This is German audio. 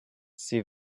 sie